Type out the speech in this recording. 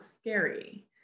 scary